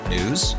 News